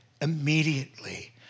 immediately